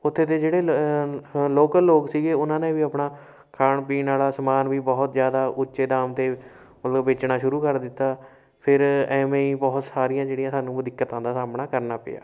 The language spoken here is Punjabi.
ਉੱਥੇ ਦੇ ਜਿਹੜੇ ਲ ਹ ਲੋਕਲ ਲੋਕ ਸੀਗੇ ਉਹਨਾਂ ਨੇ ਵੀ ਆਪਣਾ ਖਾਣ ਪੀਣ ਵਾਲਾ ਸਮਾਨ ਵੀ ਬਹੁਤ ਜ਼ਿਆਦਾ ਉੱਚੇ ਦਾਮ 'ਤੇ ਮਤਲਬ ਵੇਚਣਾ ਸ਼ੁਰੂ ਕਰ ਦਿੱਤਾ ਫਿਰ ਇਵੇਂ ਹੀ ਬਹੁਤ ਸਾਰੀਆਂ ਜਿਹੜੀਆਂ ਸਾਨੂੰ ਦਿੱਕਤਾਂ ਦਾ ਸਾਹਮਣਾ ਕਰਨਾ ਪਿਆ